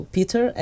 Peter